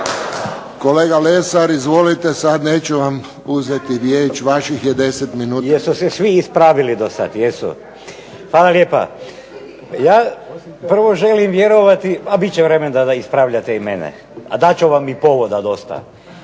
**Lesar, Dragutin (Hrvatski laburisti - Stranka rada)** Jesu se svi ispravili dosad, jesu. Hvala lijepa. Ja prvo želim vjerovati, a bit će vremena da ispravljate i mene, a dat ću vam i povoda dosta.